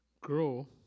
grow